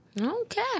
Okay